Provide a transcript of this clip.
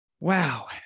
Wow